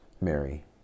mary